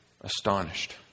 astonished